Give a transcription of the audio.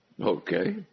Okay